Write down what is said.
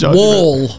wall